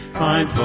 find